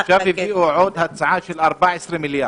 עאידה, עכשיו, הביאו עוד הצעה של 14 מיליארד.